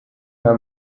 her